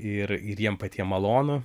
ir ir jiem patiem malonu